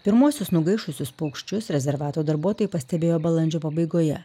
pirmuosius nugaišusius paukščius rezervato darbuotojai pastebėjo balandžio pabaigoje